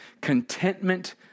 contentment